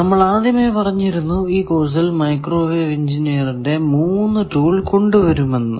നമ്മൾ ആദ്യമേ പറഞ്ഞിരുന്നു ഈ കോഴ്സിൽ മൈക്രോവേവ് എഞ്ചിനീറിന്റെ 3 ടൂൾ കൊണ്ടുവരുമെന്ന്